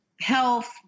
health